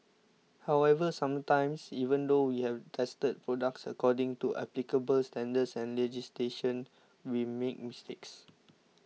however sometimes even though we have tested products according to applicable standards and legislation we make mistakes